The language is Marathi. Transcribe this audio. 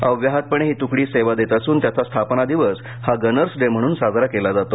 अव्याहतपणे ही तुकडी सेवा देत असून त्याचा स्थापना दिवस हा गनर्स डे म्हणून साजरा केला जातो